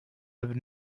have